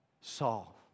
Saul